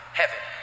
heaven